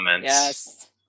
Yes